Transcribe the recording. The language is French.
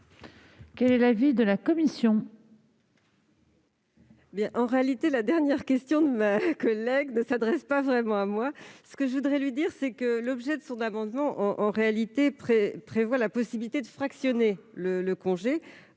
Quel est l'avis de la commission ?